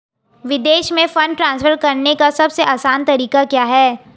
विदेश में fund transfer करने का सबसे आसान तरीका क्या है?